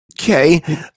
Okay